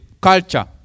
culture